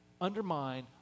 undermine